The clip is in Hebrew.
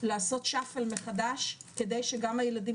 ולעשות 'ערבוב' מחדש כדי שגם התלמידים